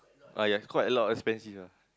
ah yes quite a lot expensive ah